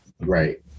Right